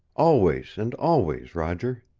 always and always, roger.